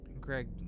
Greg